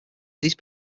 these